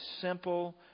simple